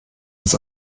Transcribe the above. des